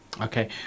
okay